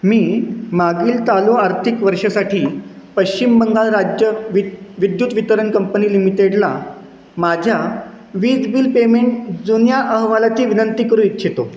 मी मागील चालू आर्थिक वर्षासाठी पश्चिम बंगाल राज्य वि विद्युत वितरण कंपनी लिमिटेडला माझ्या वीज बिल पेमेंट जुन्या अहवालाची विनंती करू इच्छितो